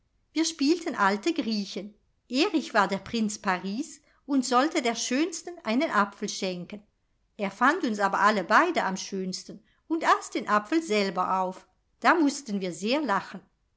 wir spielten alte griechen erich war der prinz paris und sollte der schönsten einen apfel schenken er fand uns aber alle beide am schönsten und aß den apfel selber auf da mußten wir sehr lachen